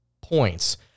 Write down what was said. points